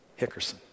Hickerson